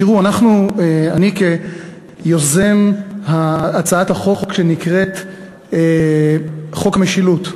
תראו, אני כיוזם הצעת החוק שנקראת חוק המשילות,